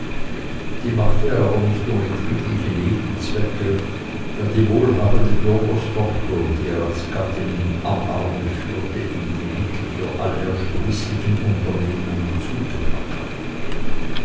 die machte er aber nicht ohne klügliche nebenzwecke da die wohlhabende bürgerstochter die er als gattin am arme führte ihm die mittel für alle ersprießlichen unternehmungen zugebracht